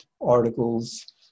articles